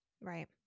Right